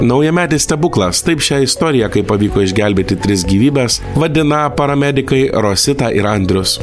naujametis stebuklas taip šią istoriją kai pavyko išgelbėti tris gyvybes vadina paramedikai rosita ir andrius